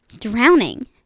drowning